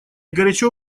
горячо